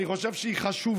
בבקשה,